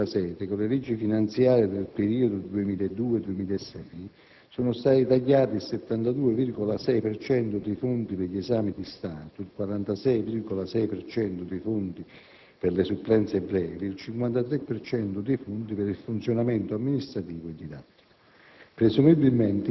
Come già riferito in quella sede, con le leggi finanziarie del periodo 2002-2006, sono stati tagliati il 72,6 per cento dei fondi per gli esami di Stato, il 46,6 per cento dei fondi per le supplenze brevi e il 53 per cento dei fondi per il funzionamento amministrativo e didattico.